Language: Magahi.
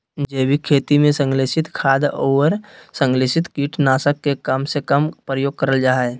जैविक खेती में संश्लेषित खाद, अउर संस्लेषित कीट नाशक के कम से कम प्रयोग करल जा हई